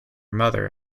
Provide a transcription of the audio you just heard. mother